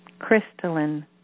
crystalline